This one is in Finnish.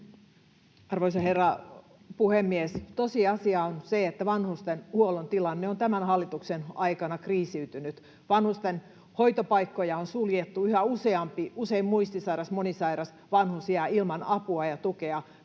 Arvoisa herra puhemies! Tosiasia on se, että vanhustenhuollon tilanne on tämän hallituksen aikana kriisiytynyt. Vanhusten hoitopaikkoja on suljettu, ja yhä useampi, usein muistisairas, monisairas vanhus jää ilman apua ja tukea.